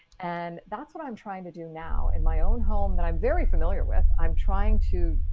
and that's what i'm trying to do now in my own home that i'm very familiar with. i'm trying to,